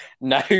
No